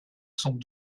sont